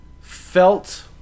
felt